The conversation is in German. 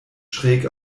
schräg